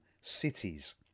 cities